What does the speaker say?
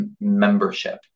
membership